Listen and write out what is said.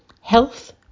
Health